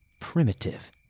primitive